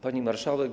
Pani Marszałek!